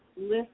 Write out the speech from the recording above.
list